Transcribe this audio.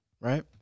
Right